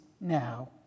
now